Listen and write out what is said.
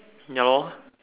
ya lor